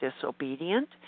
disobedient